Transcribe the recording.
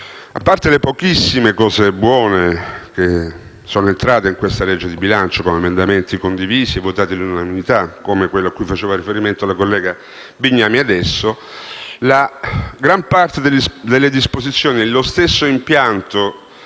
a parte le pochissime cose buone che sono entrate in questa legge di bilancio, con emendamenti condivisi e votati all'unanimità, come quello a cui faceva riferimento la collega Bignami adesso, la gran parte delle disposizioni e lo stesso impianto